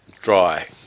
dry